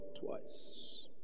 twice